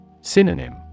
Synonym